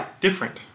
different